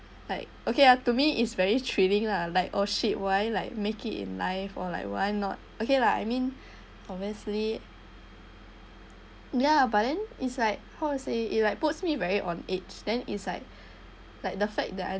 like okay ah to me is very draining lah like oh shit why like make it in life or like why not okay lah I mean obviously yeah but then it's like how to say it like puts me very on edge then it's like like the fact that I